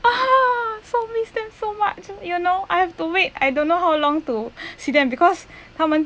ah so miss them so much you know I have to wait I don't know how long to see them because 他们